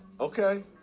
Okay